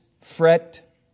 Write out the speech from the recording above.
fret